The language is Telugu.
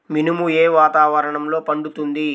మినుము ఏ వాతావరణంలో పండుతుంది?